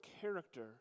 character